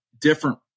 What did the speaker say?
different